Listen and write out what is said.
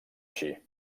així